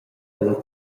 dalla